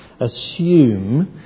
assume